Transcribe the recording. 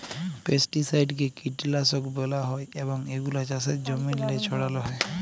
পেস্টিসাইডকে কীটলাসক ব্যলা হ্যয় এবং এগুলা চাষের জমিল্লে ছড়াল হ্যয়